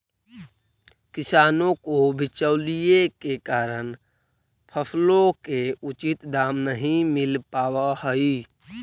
किसानों को बिचौलियों के कारण फसलों के उचित दाम नहीं मिल पावअ हई